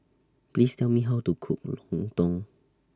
Please Tell Me How to Cook Lontong